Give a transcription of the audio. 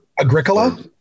Agricola